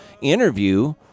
interview